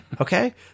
Okay